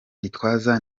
gitwaza